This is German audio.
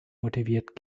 motiviert